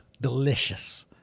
delicious